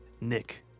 Nick